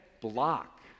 block